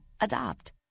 Adopt